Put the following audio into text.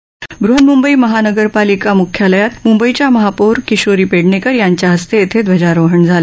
vice कास्ट बृहन्मुबई महानरपालिका मुख्यालयात मुंबईच्या महापौर किशोरी पेडणेकर यांच्या हस्ते ध्वजारोहण झालं